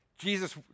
Jesus